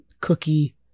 cookie